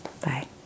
Bye